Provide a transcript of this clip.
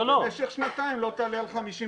במשך שנתיים לא תעלה על 50 קילו.